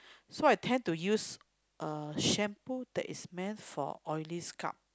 so I tend to use uh shampoo that is meant for oily scalp